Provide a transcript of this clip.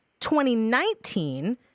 2019